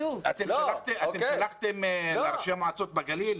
שלחתם לראשי העיריות בגליל?